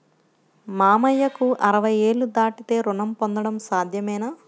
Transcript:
మామయ్యకు అరవై ఏళ్లు దాటితే రుణం పొందడం సాధ్యమేనా?